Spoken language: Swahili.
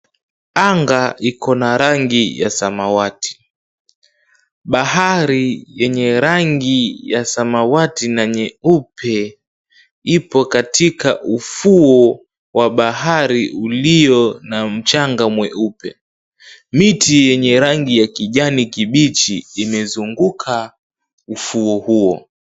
Anga iko na rangi ya samawati, bahari yenye rangi ya samawati na nyeupe ipo katika ufuo wa bahari ulio na mchanga mweupe. Miti yenye rangi ya kijani kibichi imezunguka ufuo huo.